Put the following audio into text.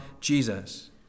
Jesus